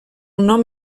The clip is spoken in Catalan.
nom